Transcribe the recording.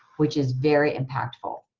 which is very impactful.